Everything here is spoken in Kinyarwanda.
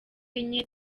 enye